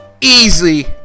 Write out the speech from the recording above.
easy